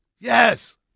Yes